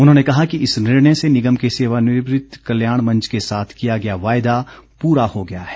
उन्होंने कहा कि इस निर्णय से निगम के र्सेवानिवृत कल्याण मंच के साथ किया गया वायदा पूरा हो गया है